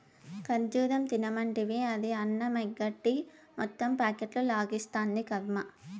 ఖజ్జూరం తినమంటివి, అది అన్నమెగ్గొట్టి మొత్తం ప్యాకెట్లు లాగిస్తాంది, కర్మ